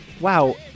Wow